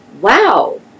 wow